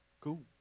Cool